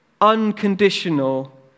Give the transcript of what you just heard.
unconditional